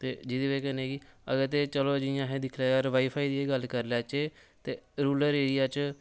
ते जि'दी कन्नै बी अगर जे चलो जियां अहें दिक्खी लेदा जियां वाई फाई दे बारे च गै दिक्खी लैचे रूरल एरिया